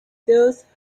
those